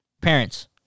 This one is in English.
Parents